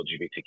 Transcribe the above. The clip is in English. LGBTQ